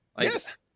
Yes